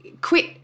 quit